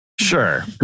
Sure